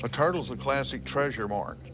ah turtle's a classic treasure mark.